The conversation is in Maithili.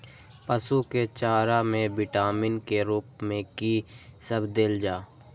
पशु के चारा में विटामिन के रूप में कि सब देल जा?